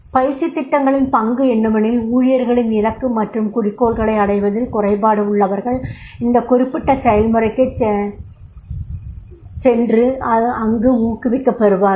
பயிற்சித் திட்டங்களின் பங்கு என்னவெனில் ஊழியர்களின் இலக்குகள் மற்றும் குறிக்கோள்களை அடைவதில் குறைபாடு உள்ளவர்கள் இந்த குறிப்பிட்ட செயல்முறைக்குச் சென்றால் அங்கு ஊக்குவிக்கப் பெறுவார்கள்